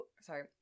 sorry